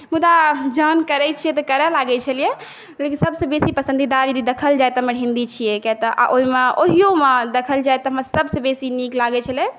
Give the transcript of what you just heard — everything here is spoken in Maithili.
मुदा जहन करै छियै तऽ करऽ लागै छलियै लेकिन सबसँ बेसी पसन्दीदा यदि देखल जाए तऽ हमर हिन्दी छियै कियातऽ ओहिओमे देखल जाए तऽ हमरा सभसँ बेसी नीक लागै छलै